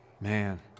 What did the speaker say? Man